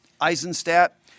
Eisenstadt